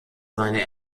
seine